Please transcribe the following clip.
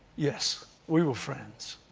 yes, we were friends.